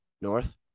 North